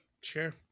Sure